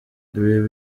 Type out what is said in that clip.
ibi